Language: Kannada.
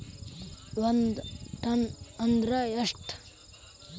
ಒಂದ್ ಟನ್ ಅಂದ್ರ ಎಷ್ಟ?